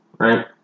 Right